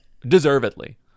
Deservedly